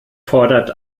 fordert